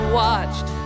watched